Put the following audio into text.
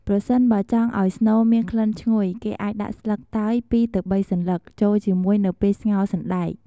ប្រសិនបើចង់ឲ្យស្នូលមានក្លិនឈ្ងុយ គេអាចដាក់ស្លឹកតើយ ២-៣ សន្លឹកចូលជាមួយនៅពេលស្ងោរសណ្តែក។